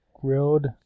Grilled